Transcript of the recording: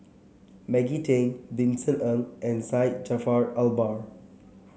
Maggie Teng Vincent Ng and Syed Jaafar Albar